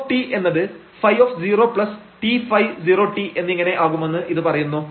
ɸ എന്നത് ɸtɸ0t എന്നിങ്ങനെ ആകുമെന്ന് ഇത് പറയുന്നു